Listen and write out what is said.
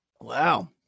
Wow